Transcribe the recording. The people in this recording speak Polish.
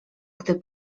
gdy